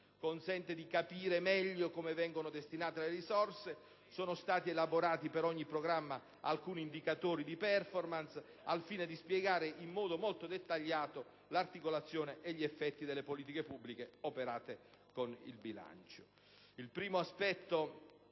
Consente di capire meglio come vengono destinate le risorse; sono stati elaborati per ogni programma alcuni indicatori di *performance*, al fine di spiegare in modo molto dettagliato l'articolazione e gli effetti delle politiche pubbliche operate con il bilancio.